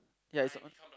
yeah it's